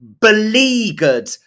beleaguered